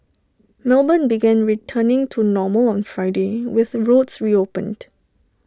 melbourne began returning to normal on Friday with roads reopened